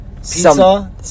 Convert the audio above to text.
Pizza